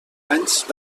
anys